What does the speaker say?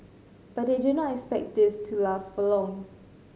but they do not expect this to last for too long